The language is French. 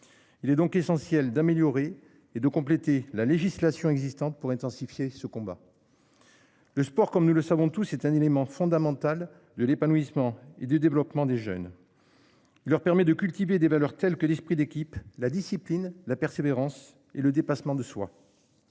Il est donc essentiel d'améliorer et de compléter la législation existante pour intensifier ce combat. Le sport comme nous le savons tous, est un élément fondamental de l'épanouissement et du développement des jeunes. Leur permet de cultiver des valeurs telles que d'esprit d'équipe, la discipline la persévérance et le dépassement de soi.